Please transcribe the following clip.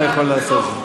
אבל אני לא מוותר.